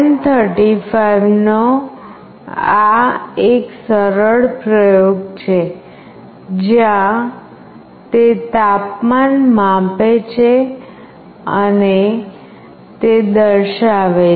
LM35 નો આ એક સરળ પ્રયોગ છે જ્યાં તે તાપમાન માપે છે અને તે દર્શાવે છે